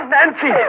Nancy